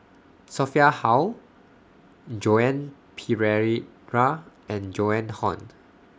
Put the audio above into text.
Sophia Hull Joan and Joan Hon